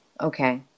Okay